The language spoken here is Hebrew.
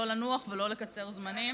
לא לנוח ולא לקצר זמנים.